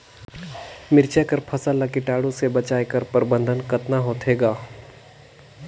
मिरचा कर फसल ला कीटाणु से बचाय कर प्रबंधन कतना होथे ग?